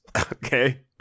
Okay